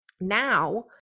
now